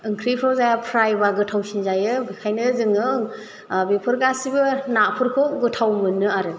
ओंख्रिखौ जाया फ्राइबा गोथाव जाया ओंखायनो जोङो बेफोर गासैबो नाफोरखौ गोथाव मोनो आरो